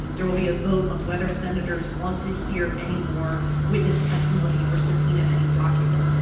there will be a vote on whether senators want to hear any more witness testimony or subpoena any documents.